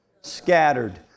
Scattered